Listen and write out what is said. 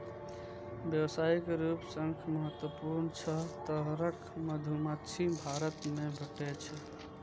व्यावसायिक रूप सं महत्वपूर्ण छह तरहक मधुमाछी भारत मे भेटै छै